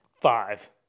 five